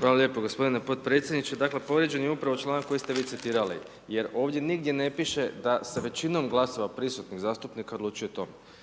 Hvala lijepo gospodine potpredsjedniče. Dakle povrijeđen je upravo članak koji ste vi citirali jer ovdje nigdje ne piše da se većinom glasova prisutnih zastupnika odlučuje to,